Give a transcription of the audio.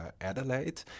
Adelaide